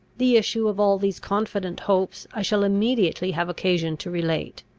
the issue of all these confident hopes i shall immediately have occasion to relate.